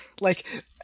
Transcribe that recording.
Like-